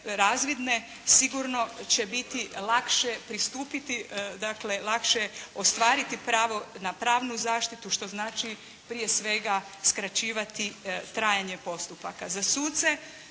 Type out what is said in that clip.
razvidne sigurno će biti lakše pristupiti, lakše ostvariti pravo na pravnu zaštitu što znači prije svega skraćivati trajanje postupaka. Za suce